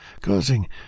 causing